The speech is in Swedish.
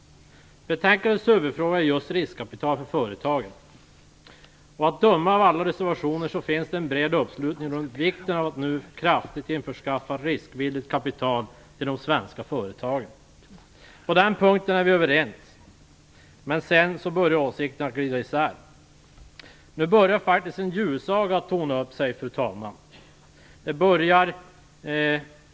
Betänkandets huvudfråga är frågan om riskkapital för företagen. Att döma av alla reservationer finns det en bred uppslutning runt vikten av att nu kraftigt införskaffa riskvilligt kapital till de svenska företagen. På den punkten är vi överens, men sedan börjar åsikterna glida isär. Nu börjar faktiskt en julsaga att tonas upp, fru talman.